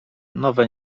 nowe